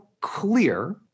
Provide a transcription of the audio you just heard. clear